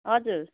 हजुर